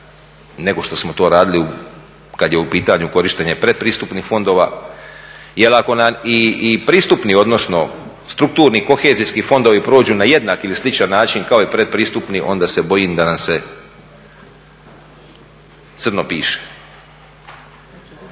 nego što smo to radili kad je u pitanju korištenje pretpristupnih fondova jer ako nam i pristupni, odnosno strukturni, kohezijski fondovi prođu na jednak ili sličan način kao i pretpristupni, onda se bojim da nam se crno piše.